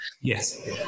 yes